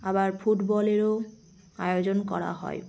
আবার ফুটবলেরও আয়োজন করা হয়